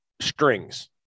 strings